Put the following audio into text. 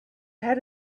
had